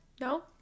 No